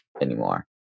anymore